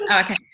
Okay